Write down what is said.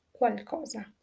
qualcosa